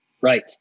Right